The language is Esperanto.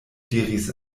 diris